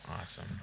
Awesome